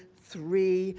three,